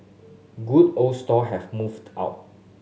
good old stall have moved out